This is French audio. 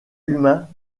humain